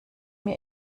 mir